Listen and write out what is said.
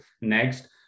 next